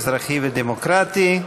האזרחי והדמוקרטי.